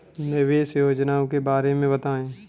निवेश योजनाओं के बारे में बताएँ?